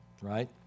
right